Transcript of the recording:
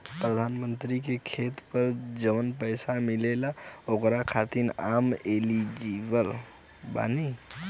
प्रधानमंत्री का खेत पर जवन पैसा मिलेगा ओकरा खातिन आम एलिजिबल बानी?